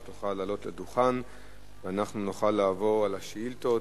אם תוכל לעלות לדוכן ואנחנו נוכל לעבור על השאילתות.